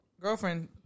girlfriend